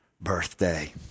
birthday